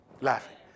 laughing